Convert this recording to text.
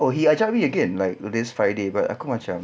oh he ajak me again like today's friday but aku macam